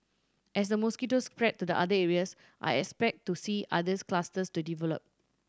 as the mosquitoes spread to the other areas I expect to see others clusters to develop